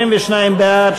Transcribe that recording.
22 בעד,